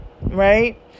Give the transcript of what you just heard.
Right